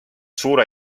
suure